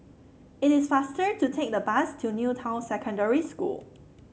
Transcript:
it is faster to take the bus to New Town Secondary School